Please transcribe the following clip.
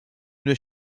une